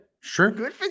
sure